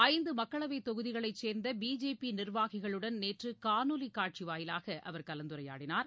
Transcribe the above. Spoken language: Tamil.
ஐந்து மக்களவை தொகுதிகளை சேர்ந்த பிஜேபி நிர்வாகிகளுடன் நேற்று காணொலி காட்சி வாயிலாக அவர் கலந்துரையாடினார்